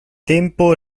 tempo